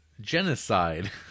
Genocide